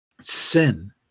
sin